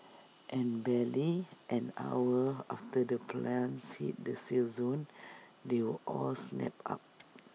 and barely an hour after the plants hit the sale zone they were all snapped up